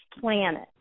planet